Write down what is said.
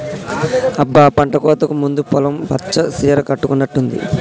అబ్బ పంటకోతకు ముందు పొలం పచ్చ సీర కట్టుకున్నట్టుంది